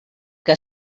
que